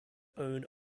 own